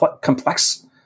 complex